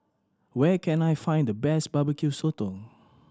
where can I find the best Barbecue Sotong